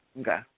Okay